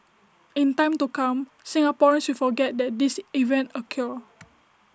in time to come Singaporeans will forget that this event occur